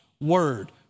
word